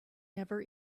never